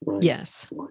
Yes